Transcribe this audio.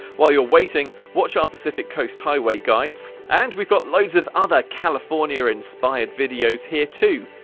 while you're waiting, watch our pacific coast highway guides. and, we've got loads of other california-inspired videos here too,